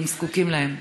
כי הם זקוקים לה.